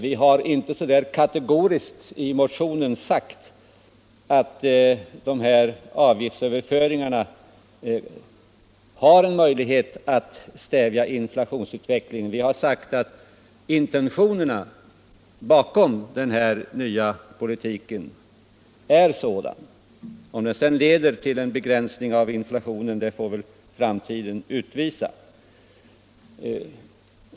Vi har inte så kategoriskt i motionen sagt att de här avgiftsöverföringarna innebär en möjlighet att stävja inflationsutvecklingen. Vi har sagt att intentionerna bakom den här nya politiken är sådana. Om det sedan leder till en begränsning av inflationen får väl framtiden utvisa.